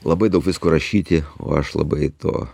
labai daug visko rašyti o aš labai to